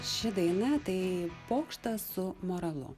ši daina tai pokštas su moralu